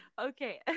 okay